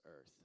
earth